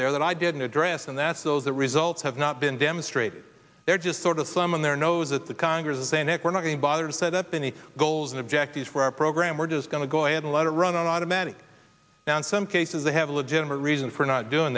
there that i didn't address and that's those the results have not been demonstrated they're just sort of sum in their nose at the congress and senate we're not going to bother to set up any goals and objectives for our program we're just going to go ahead and let it run on automatic now in some cases they have a legitimate reason for not doing